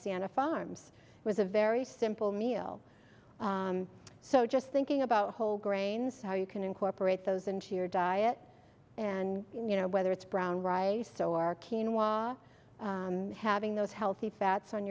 sienna farms was a very simple meal so just thinking about whole grains how you can incorporate those and she your diet and you know whether it's brown rice or keen wa having those healthy fats on